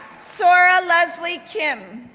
sora leslie kim,